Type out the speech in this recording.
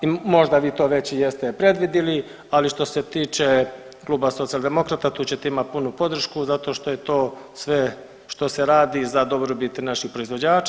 I možda vi to već i jeste predvidili, ali što se tiče Kluba socijaldemokrata, tu ćete imati punu podršku zato što je to sve što se radi za dobrobit naših proizvođača.